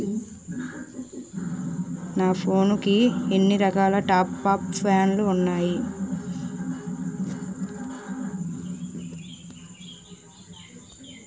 నా ఫోన్ కి ఎన్ని రకాల టాప్ అప్ ప్లాన్లు ఉన్నాయి?